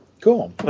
Cool